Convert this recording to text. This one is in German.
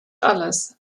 alles